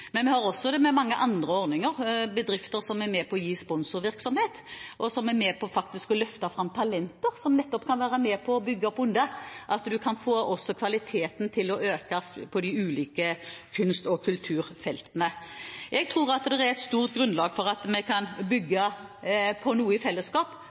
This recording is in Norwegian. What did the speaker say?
Men vi har også mange andre ordninger, f.eks. bedrifter som er med på sponsorvirksomhet, og som faktisk er med og løfter fram talenter som nettopp kan være med på å bygge opp under og øke kvaliteten på de ulike kunst- og kulturfeltene. Jeg tror det er et stort grunnlag for at vi kan bygge noe i fellesskap